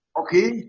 okay